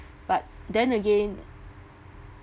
but then again